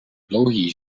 dlouhý